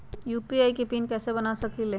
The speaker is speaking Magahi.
यू.पी.आई के पिन कैसे बना सकीले?